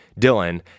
dylan